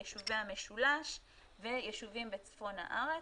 ביישובי המשולש ויישובים בצפון הארץ,